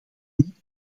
niet